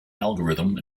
algorithm